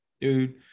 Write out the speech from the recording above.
Dude